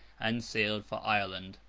and sailed for ireland.